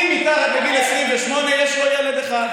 אם מתחת לגיל 28 יש לו ילד אחד.